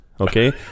Okay